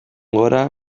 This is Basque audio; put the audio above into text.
gora